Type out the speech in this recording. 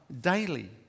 daily